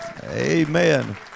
Amen